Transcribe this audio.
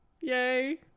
yay